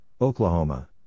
Oklahoma